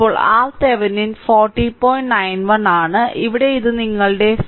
91 ആണ് ഇവിടെ ഇത് നിങ്ങളുടെ 40